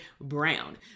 Brown